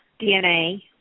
dna